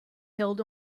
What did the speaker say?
held